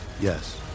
Yes